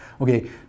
Okay